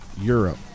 Europe